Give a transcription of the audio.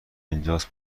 اینجاست